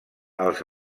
als